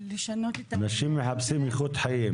אנשים מחפשים איכות חיים.